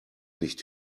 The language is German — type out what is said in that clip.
nicht